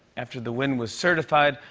after the win was certified,